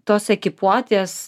tos ekipuotės